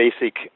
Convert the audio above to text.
basic